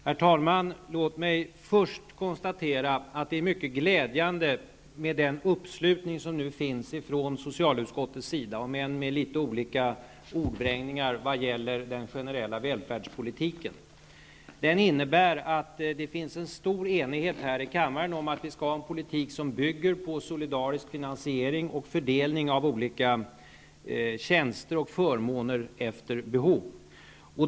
Herr talman! Låt mig först konstatera att det är mycket glädjande med den uppslutning som nu finns från socialutskottets sida, om än med litet olika ordvrängningar, vad gäller den generella välfärdspolitiken. Den innebär att det finns en stor enighet i kammaren om att vi skall ha en politik som bygger på solidarisk finansiering och fördelning av olika tjänster och förmåner efter behov.